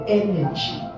energy